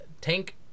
Tank